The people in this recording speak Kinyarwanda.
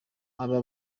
aba